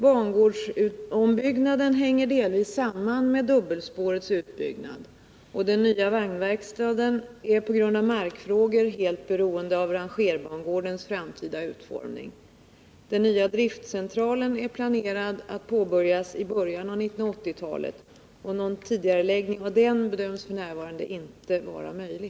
Bangårdsombyggnaden hänger delvis samman med dubbelspårsutbyggnaden, och den nya vagnverkstaden är på grund av markfrågor helt beroende av rangerbangårdens framtida utformning. Påbörjan av den nya driftcentralen är planerad till början av 1980-talet, och någon tidigareläggning av den bedöms f.n. inte vara möjlig.